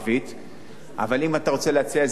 אבל אם אתה רוצה להציע איזה הצעה לדבר,